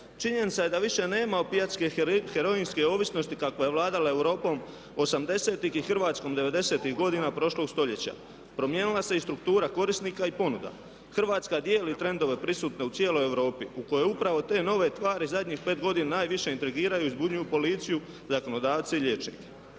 Činjenica je da više nema opijatske heroinske ovisnosti kakva je vladala Europom '80-ih i Hrvatskom '90-ih godina prošlog stoljeća. Promijenila se i struktura korisnika i ponuda. Hrvatska dijeli trendove prisutne u cijeloj Europi u kojoj upravo te novi tvari zadnjih 5 godina najviše intrigiraju i zbunjuju policiju, zakonodavce i liječnike.